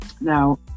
Now